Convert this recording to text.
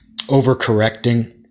overcorrecting